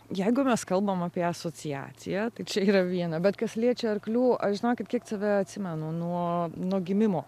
jeigu mes kalbam apie asociaciją tai čia yra viena bet kas liečia arklių aš žinokit kiek save atsimenu nuo nuo gimimo